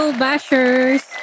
bashers